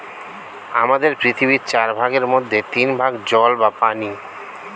আমাদের পৃথিবীর চার ভাগের মধ্যে তিন ভাগ জল বা পানি